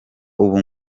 ubu